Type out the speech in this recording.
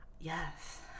Yes